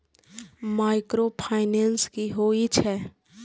Micro finance कि होई छै?